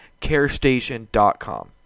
carestation.com